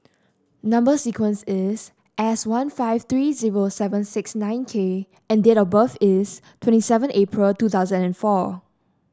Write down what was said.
number sequence is S one five three zero seven six nine K and date of birth is twenty seven April two thousand and four